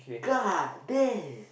god damn